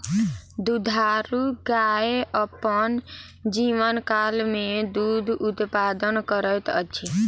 दुधारू गाय अपन जीवनकाल मे दूध उत्पादन करैत अछि